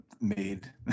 made